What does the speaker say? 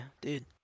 dude